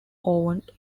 owned